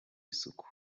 isuku